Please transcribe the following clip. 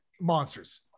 Monsters